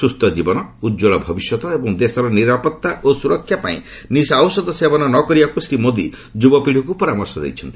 ସୁସ୍ଥ ଜୀବନ ଉତ୍କଳ ଭବିଷ୍ୟତ ଏବଂ ଦେଶର ନିରାପତ୍ତା ଓ ସୁରକ୍ଷା ପାଇଁ ନିଶା ଔଷଧ ସେବନ ନ କରିବାକୁ ଶ୍ରୀ ମୋଦି ଯୁବ ପିଢ଼ିଙ୍କୁ ପରାମର୍ଶ ଦେଇଛନ୍ତି